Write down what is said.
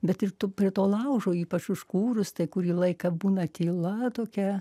bet ir tu prie to laužo ypač užkūrus tai kurį laiką būna tyla tokia